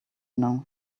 know